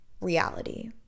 reality